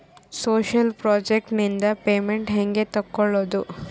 Social project ನಿಂದ payment ಹೆಂಗೆ ತಕ್ಕೊಳ್ಳದು?